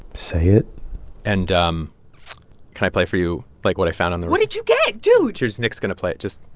say it and um can i play for you, like, what i found on there? what did you get, dude? here nick's going play it just.